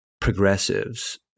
progressives